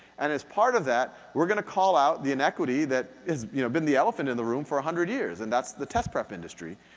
and as part of that, we're gonna call out the inequity that has you know been the elephant in the room for a hundred years, and that's the test prep industry.